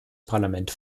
parlament